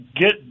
get